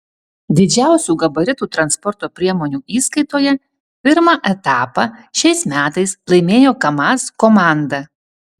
didžiausių gabaritų transporto priemonių įskaitoje pirmą etapą šiais metais laimėjo kamaz komanda